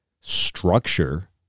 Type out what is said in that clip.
structure